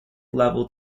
level